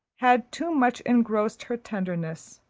had too much engrossed her tenderness,